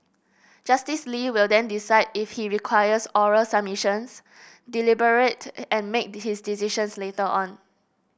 Justice Lee will then decide if he requires oral submissions deliberate and make his decision later on